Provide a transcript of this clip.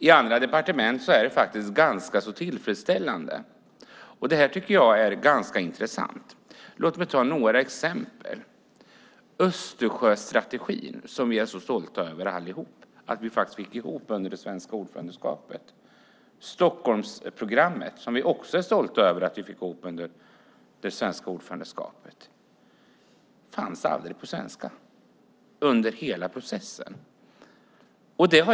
I andra departement är det ganska tillfredsställande. Det här tycker jag är ganska intressant. Låt mig ta några exempel. Östersjöstrategin, som vi allihop är så stolta över att vi fick ihop under det svenska ordförandeskapet, och Stockholmsprogrammet, som vi också är stolta över att vi fick ihop under det svenska ordförandeskapet, fanns aldrig på svenska under hela processen.